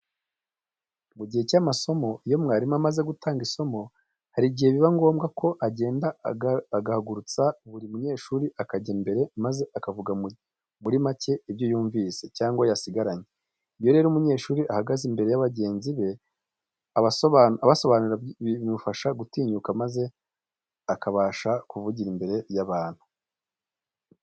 Mu gihe cy'amasomo iyo mwarimu amaze gutanga isomo, hari igihe biba ngombwa ko agenda ahagurutsa buri munyeshuri akajya imbere maze akavuga muri make ibyo yumvise cyangwa yasigaranye. Iyo rero umunyeshuri ahagaze imbere y'abagenzi be abasobanurira bimufasha gutinyuka maze akabasha kuvugira imbere y'abantu.